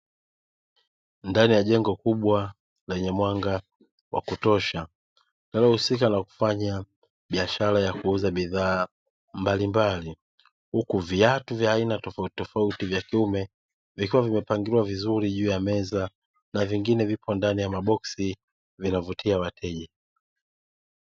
Ndani ya jengo kubwa lenye mwanga wa kutosha, linalohusika na kufanya biashara ya nguo za bidhaa mbalimbali, huku viatu vya aina tofautitofauti vya kiume vikiwa vimepangiliwa vizuri juu ya meza na vingine vipo ndani ya maboksi, vinavutia wateja.